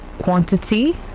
quantity